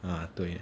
啊对